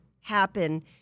happen